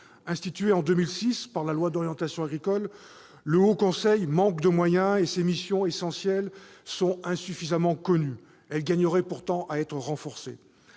Institué en 2006 par la loi d'orientation agricole, le Haut Conseil manque de moyens et ses missions essentielles sont insuffisamment connues. Elles gagneraient pourtant à être renforcées.